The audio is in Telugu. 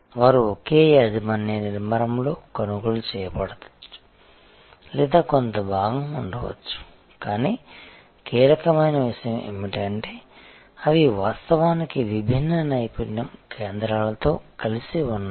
వారు ఒకే యాజమాన్య నిర్మాణంలో కొనుగోలు చేయబడవచ్చు లేదా కొంత భాగం ఉండవచ్చు కానీ కీలకమైన విషయం ఏమిటంటే అవి వాస్తవానికి విభిన్న నైపుణ్యం కేంద్రాలతో కలిసి వస్తున్నాయి